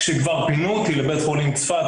כשכבר פינו אותי לבית חולים צפת,